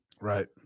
Right